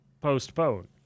postpone